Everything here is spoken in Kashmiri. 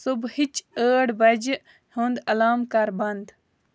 صبحٲچہِ ٲٹھ بجہِ ہُند الارام کر بند